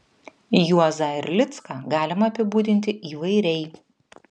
juozą erlicką galima apibūdinti įvairiai